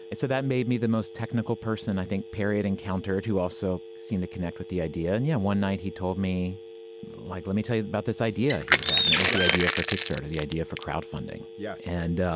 so that made me the most technical person i think period encountered who also seemed to connect with the idea and yeah. one night he told me like let me tell you about this idea he had had and it was the idea for kickstarter the idea for crowdfunding. yeah and